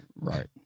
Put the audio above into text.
right